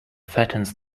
fattens